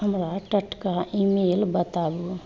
हमरा टटका ईमेल बताबू